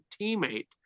teammate